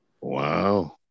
Wow